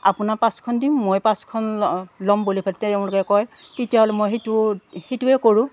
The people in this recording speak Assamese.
আপোনা পাঁচখন দিম মই পাঁচখন ল'ম বুলি তেওঁলোকে কয় তেতিয়াহ'লে মই সেইটো সেইটোৱে কৰোঁ